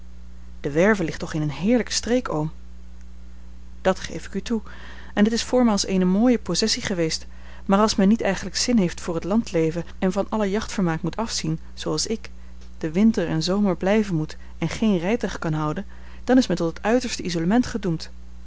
de werve ligt toch in eene heerlijke streek oom dat geef ik u toe en het is voormaals eene mooie possessie geweest maar als men niet eigenlijk zin heeft voor het landleven en van alle jachtvermaak moet afzien zooals ik den winter en zomer blijven moet en geen rijtuig kan houden dan is men tot het uiterste isolement gedoemd